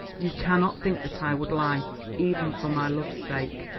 you cannot think that i would lie even for my love's sake.